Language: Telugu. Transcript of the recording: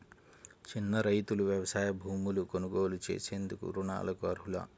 చిన్న రైతులు వ్యవసాయ భూములు కొనుగోలు చేసేందుకు రుణాలకు అర్హులా?